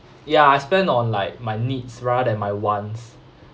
ya I spend on like my needs rather than my wants